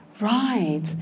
Right